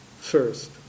first